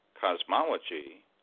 cosmology